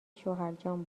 شوهرجان